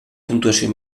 puntuació